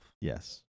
Yes